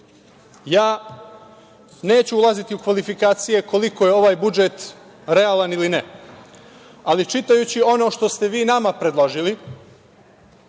reda. Neću ulaziti u kvalifikacije koliko je ovaj budžet realan ili ne, ali čitaju ono što ste vi nama predložili